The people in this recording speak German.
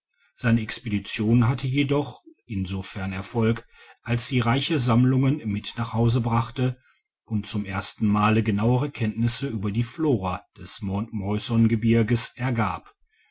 seine expedition hatte jedoch insofern erfolg als sie reiche sammlungen mit nach hause brachte und zum ersten male genauere kenntnisse über die flora des mt morrisongebirges ergab